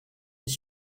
his